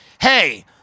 hey